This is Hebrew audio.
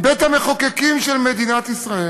מבית-המחוקקים של מדינת ישראל,